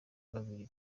babiri